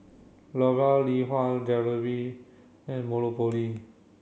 L'Oreal Lee Hwa Jewellery and Monopoly